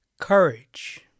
Courage